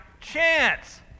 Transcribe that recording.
chance